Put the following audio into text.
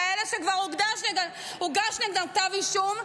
כאלה שכבר הוגש נגדם כתב אישום,